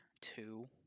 two